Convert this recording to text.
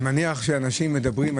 אני מניח שאנשים מדברים,